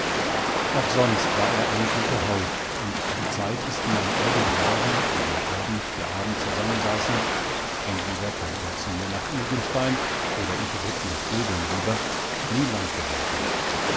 auch sonst war er eine gute haut und die zeit ist mir in all den jahren die wir abend für abend zusammensaßen entweder kam er zu mir nach ilgenstein oder ich ritt nach döbeln rüber nie lang geworden